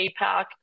APAC